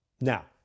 Now